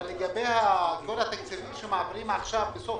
אבל לגבי כל התקציבים שמעבירים עכשיו בסוף